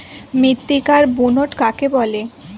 মৃত্তিকার বুনট কাকে বলে?